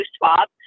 swab